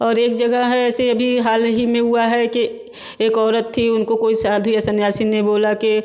और एक जगह है ऐसे अभी हाल ही में हुआ है कि एक औरत थी उनका कोई साधु या संन्यासी ने बोला कि